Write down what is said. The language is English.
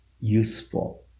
useful